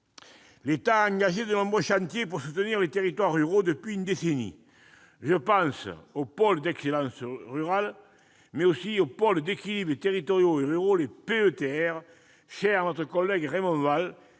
l'État a engagé de nombreux chantiers pour soutenir les territoires ruraux depuis une décennie. Je pense aux pôles d'excellence rurale, mais aussi aux pôles d'équilibre territoriaux et ruraux, les PETR, chers à notre collègue Raymond Vall